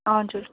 हजुर